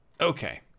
Okay